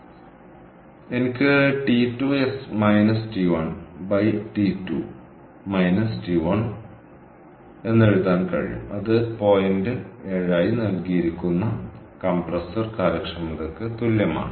അതിനാൽ എനിക്ക് T2s T1 T2 T1 എഴുതാൻ കഴിയും അത് പോയിന്റ് ഏഴായി നൽകിയിരിക്കുന്ന കംപ്രസർ കാര്യക്ഷമതയ്ക്ക് തുല്യമാണ്